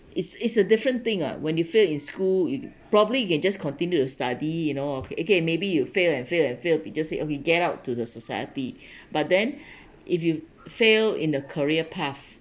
it's it's a different thing ah when you fail in school you probably you can just continue to study you know okay okay maybe you fail and fail fail could just say okay get out to the society but then if you fail in a career path